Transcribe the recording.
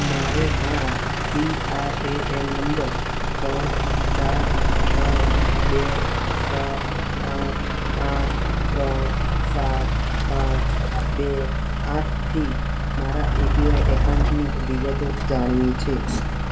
મારે મારા P R A N number ત્રણ ચાર આઠ બે સાત આઠ આઠ ત્રણ સાત પાંચ બે આઠથી મારા એપીવાય એકાઉન્ટની વિગતો જાણવી છે